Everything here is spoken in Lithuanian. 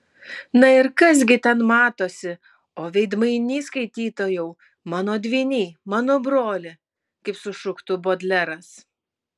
na ir kas gi ten matosi o veidmainy skaitytojau mano dvyny mano broli kaip sušuktų bodleras